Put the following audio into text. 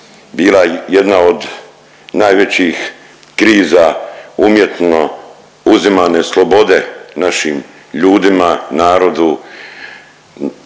bila jedna od najvećih kriza umjetno uzimane slobode našim ljudima, narodu